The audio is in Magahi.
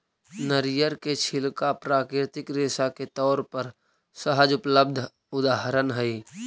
नरियर के छिलका प्राकृतिक रेशा के तौर पर सहज उपलब्ध उदाहरण हई